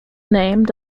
named